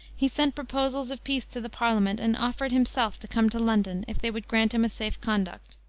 he sent proposals of peace to the parliament, and offered, himself, to come to london, if they would grant him a safe-conduct.